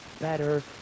better